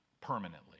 permanently